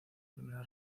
primera